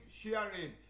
sharing